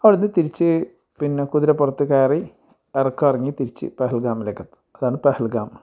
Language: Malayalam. അവിടുന്ന് തിരിച്ച് പിന്നെ കുതിരപ്പുറത്ത് കയറി ഇറക്കം ഇറങ്ങി തിരിച്ച് പെഹൽ ഗാമിലേക്ക് എത്താം അതാണ് പെഹൽ ഗാമ്